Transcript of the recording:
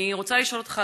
אני רוצה לשאול אותך,